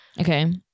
Okay